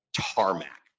tarmac